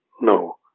No